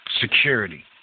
security